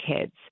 kids